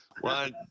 One